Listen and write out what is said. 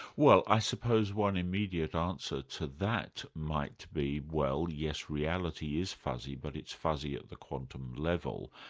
well i suppose one immediate answer to that might be, well yes, reality is fuzzy but it's fuzzy at the quantum level,